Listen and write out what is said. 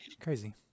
crazy